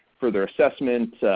further assessment,